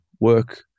work